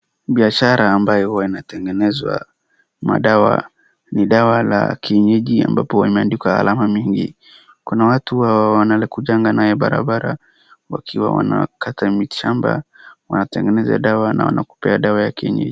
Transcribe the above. Biashara ambayo huwa inatengenezwa madawa, ni dawa la kienyeji ambapo imeandikwa alama mingi. Kuna watu wanakujanga naye barabara wakiwa wanakata miti shamba wanatengeneza dawa na wanakupea dawa ya kienyeji.